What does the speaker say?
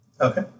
Okay